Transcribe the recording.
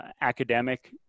academic